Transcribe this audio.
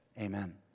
Amen